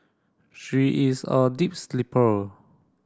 she is a deep sleeper